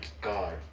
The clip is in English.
god